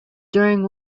during